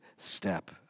step